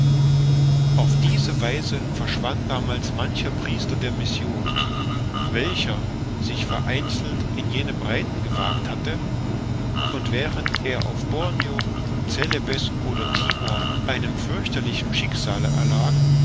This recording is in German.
auf diese weise verschwand damals mancher priester der mission welcher sich vereinzelt in jene breiten gewagt hatte und während er auf borneo celebes oder timor einem fürchterlichen schicksale erlag